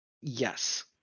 Yes